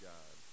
God